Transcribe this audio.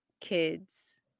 kids